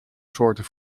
soorten